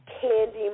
Candy